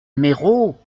méraud